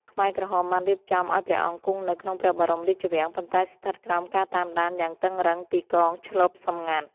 ខ្មែរក្រហមបានរៀបចំឱ្យព្រះអង្គគង់នៅក្នុងព្រះបរមរាជវាំង ប៉ុន្តែស្ថិតក្រោមការតាមដានយ៉ាងតឹងរ៉ឹងពីកងឈ្លបសម្ងាត់។